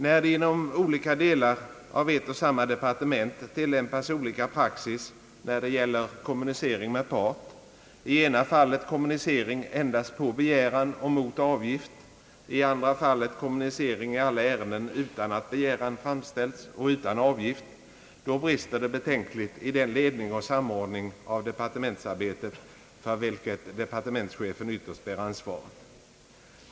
När det inom olika delar av ett och samma departement tillämpas olika praxis när det gäller kommunicering med part — i ena fallet kommunicering endast på begäran och mot avgift, i andra fallet kommunicering i alla ärenden utan att begäran framställts och utan avgift — då brister det betänkligt i ledning och samordning av departementsarbetet, för vilket departementschefen ytterst bär ansvaret.